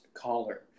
Caller